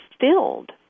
filled